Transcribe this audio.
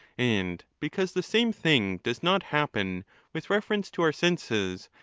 and because the same thing does not happen with reference to our senses,